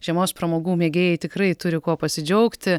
žiemos pramogų mėgėjai tikrai turi kuo pasidžiaugti